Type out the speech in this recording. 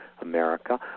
America